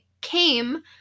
came